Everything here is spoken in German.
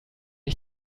ich